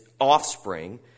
offspring